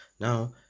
Now